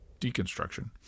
deconstruction